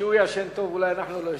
שכשהוא ישן טוב אולי אנחנו לא ישנים.